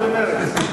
3),